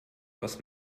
was